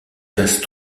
classent